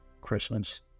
Christmas